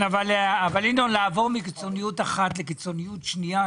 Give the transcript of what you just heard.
אבל לעבור מקיצוניות אחת לקיצוניות שנייה?